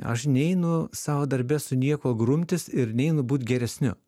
aš neinu savo darbe su niekuo grumtis ir neinu būt geresniu